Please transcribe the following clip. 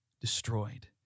destroyed